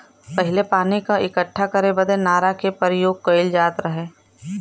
पहिले पानी क इक्कठा करे बदे नारा के परियोग कईल जात रहे